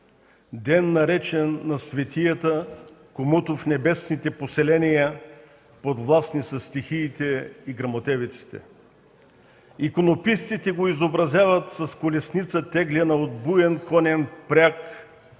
ден, наречен на Светията, комуто в небесните поселения подвластни са стихиите и гръмотевиците. Иконописците го изобразяват с колесница, теглена от буен конен впряг